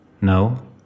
No